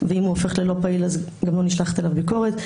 אם הוא הופך לא פעיל גם לא נשלחת אליו ביקורת,